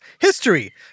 history